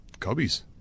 Cubbies